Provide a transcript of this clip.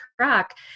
track